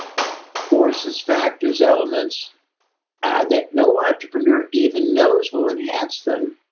forces, factors, elements that no entrepreneur even knows will enhance them.